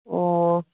ꯑꯣ